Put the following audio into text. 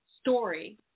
story